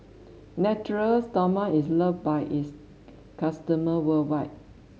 Natura Stoma is loved by its customers worldwide